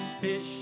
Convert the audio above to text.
Fish